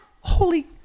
holy